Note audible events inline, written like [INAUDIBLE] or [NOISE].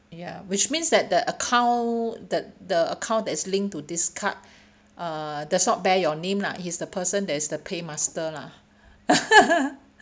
ya which means that the account the the account that is linked to this card uh does not bear your name lah he's the person that is the pay master lah [LAUGHS]